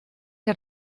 que